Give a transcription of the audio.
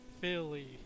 Philly